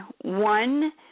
one